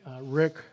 Rick